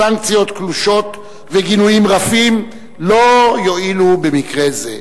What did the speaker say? סנקציות קלושות וגינויים רפים לא יועילו במקרה זה.